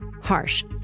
harsh